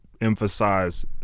emphasize